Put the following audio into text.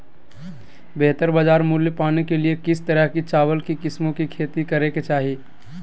बेहतर बाजार मूल्य पाने के लिए किस तरह की चावल की किस्मों की खेती करे के चाहि?